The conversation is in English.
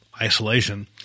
isolation